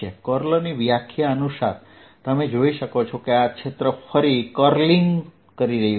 કર્લની વ્યાખ્યા દ્વારા તમે જોઈ શકો છો કે આ ક્ષેત્ર ફરી રહ્યું છે